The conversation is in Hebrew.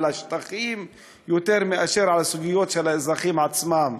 השטחים יותר מאשר על הסוגיות של האזרחים עצמם.